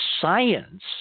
science